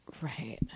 Right